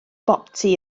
boptu